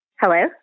Hello